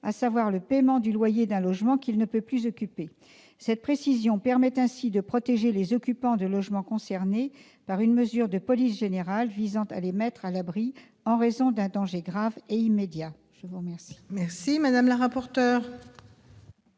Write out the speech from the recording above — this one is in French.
à savoir le paiement du loyer d'un logement qu'il ne peut plus occuper. Cette précision permet ainsi de protéger les occupants des logements concernés par une mesure de police générale visant à les mettre à l'abri en raison d'un danger grave et immédiat. Quel est l'avis de la commission